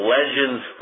Legends